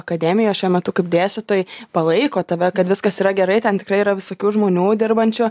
akademijoj šiuo metu kaip dėstytojai palaiko tave kad viskas yra gerai ten tikrai yra visokių žmonių dirbančių